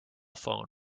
phone